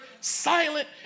silent